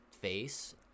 face